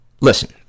listen